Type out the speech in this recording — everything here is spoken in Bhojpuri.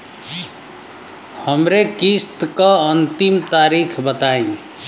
हमरे किस्त क अंतिम तारीख बताईं?